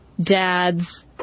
dads